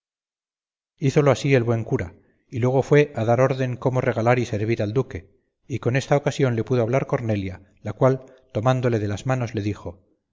fabio hízolo así el buen cura y luego fue a dar orden cómo regalar y servir al duque y con esta ocasión le pudo hablar cornelia la cual tomándole de las manos le dijo